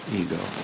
ego